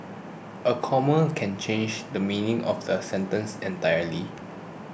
a comma can change the meaning of a sentence entirely